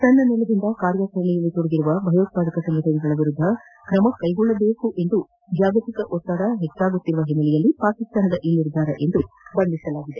ತನ್ನ ನೆಲದಿಂದ ಕಾರ್ಯಾಚರಣೆಯಲ್ಲಿ ತೊಡಗಿರುವ ಭಯೋತ್ಪಾದಕ ಸಂಘಟನೆಗಳ ವಿರುದ್ದ ಕ್ರಮ ಕೈಗೊಳ್ಳಬೇಕೆಂದು ಜಾಗತಿಕ ಒತ್ತಡ ಹೆಚ್ಚಾಗುತ್ತಿರುವ ಹಿನ್ನೆಲೆಯಲ್ಲಿ ಪಾಕಿಸ್ತಾನದ ಈ ನಿರ್ಧಾರವೆಂದು ಬಣ್ಣಿಸಲಾಗಿದೆ